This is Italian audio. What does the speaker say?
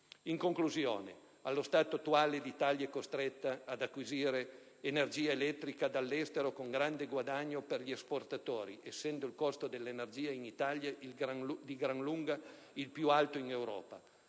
altri Paesi. Allo stato attuale l'Italia è costretta ad acquisire energia elettrica dall'estero con grande guadagno per gli esportatori, essendo il costo dell'energia in Italia di gran lunga il più alto in Europa,